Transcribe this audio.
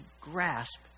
grasp